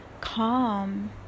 calm